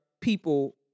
people